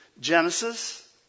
Genesis